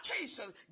Jesus